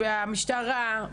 המשטרה,